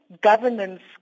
governance